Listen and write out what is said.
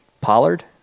Pollard